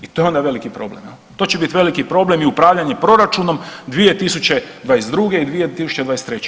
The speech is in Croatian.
I to je onda veliki problem, to će biti veliki problem i upravljanje proračunom 2022. i 2023.